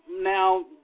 Now